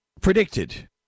predicted